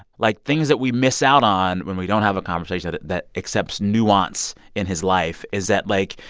like, things that we miss out on when we don't have a conversation that that accepts nuance in his life is that, like,